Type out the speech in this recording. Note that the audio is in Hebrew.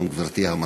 גם גברתי המזכירה,